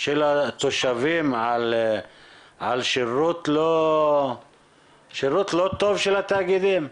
של התושבים על שירות לא טוב של התאגידים,